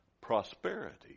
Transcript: prosperity